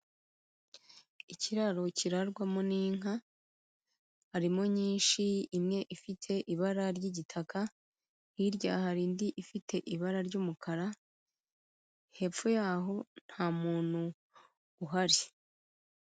Ikiraro kirarwamo n'inka, harimo nyinshi imwe ifite ibara ry'igitaka, hirya hari indi ifite ibara ry'umukara, hepfo yaho nta muntu uhari.